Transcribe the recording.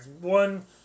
One